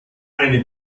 eine